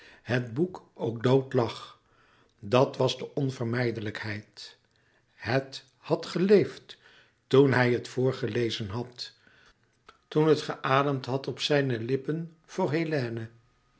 het boek ook dood lag dat was de onvermijdelijkheid het had geleefd toen hij het voorgelezen had toen het geademd had op zijne lippen voor hélène